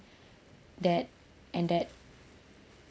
that and that